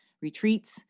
retreats